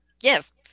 Yes